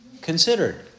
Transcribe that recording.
considered